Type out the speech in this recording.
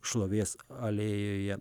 šlovės alėjoje